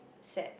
set